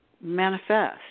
manifest